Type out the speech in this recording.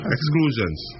Exclusions